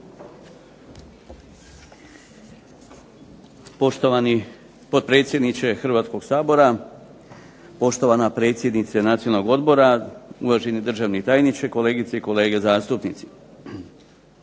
Poštovani potpredsjedniče Hrvatskoga sabora, poštovana predsjednice Nacionalnog odbora, uvaženi državni tajniče, kolegice i kolege zastupnici.